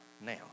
Now